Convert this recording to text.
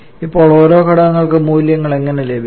ഇപ്പോൾ ഓരോ ഘടകങ്ങൾക്കും മൂല്യങ്ങൾ എങ്ങനെ ലഭിക്കും